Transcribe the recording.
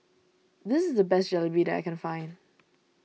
this is the best Jalebi that I can find